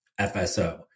FSO